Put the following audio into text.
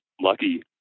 lucky